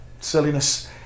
silliness